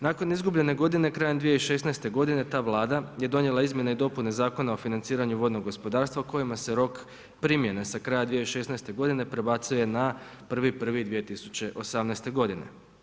Nakon izgubljene godine krajem 2016. godine ta Vlada je donijela izmijene i dopune Zakona o financiranju vodnog gospodarstva kojim se rok primjene sa kraja 2016. godine prebacuje na 1.1. 2018. godine.